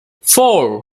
four